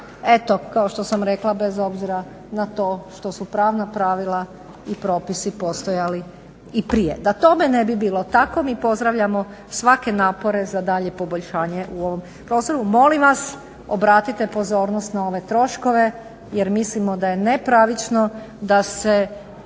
eto kao što sam rekla bez obzira na to što su pravna pravila i propisi postojali i prije. Da tome ne bi bilo tako, mi pozdravljamo svake napore za dalje poboljšanje u ovom prozoru. Molim vas obratite pozornost na ove troškove jer mislimo da je nepravično da se